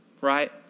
right